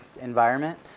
environment